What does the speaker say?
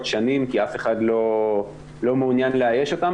שנים כי אף אחד לא מעוניין לאייש אותן.